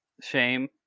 shame